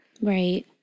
Right